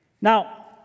Now